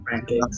Okay